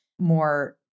more